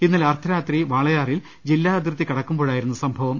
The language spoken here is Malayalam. ഇന്നലെ അർധരാത്രി വാളയാറിൽ ജില്ലാ അതിർത്തി കടക്കുമ്പോഴായിരുന്നു സംഭവം